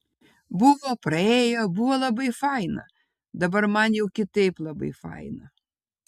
buvo praėjo buvo labai faina dabar man jau kitaip labai faina